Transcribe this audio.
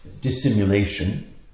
dissimulation